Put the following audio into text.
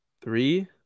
three